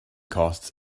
costs